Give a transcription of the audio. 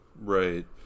Right